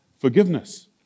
forgiveness